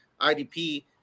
idp